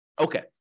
Okay